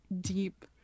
deep